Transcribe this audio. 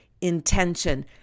intention